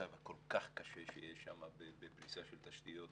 המצב הכל כך קשה שיש שם בפריסה של תשתיות.